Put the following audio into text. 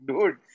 dude